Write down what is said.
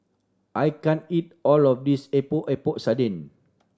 I can't eat all of this Epok Epok Sardin